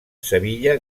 sevilla